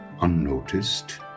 unnoticed